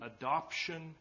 adoption